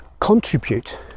contribute